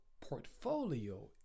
portfolio